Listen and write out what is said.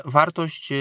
wartość